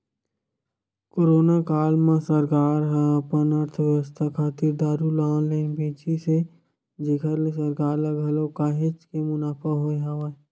corona काल म सरकार ह अपन अर्थबेवस्था खातिर दारू ल ऑनलाइन बेचिस हे जेखर ले सरकार ल घलो काहेच के मुनाफा होय हवय